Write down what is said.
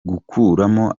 gukuramo